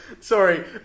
Sorry